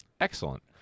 Excellent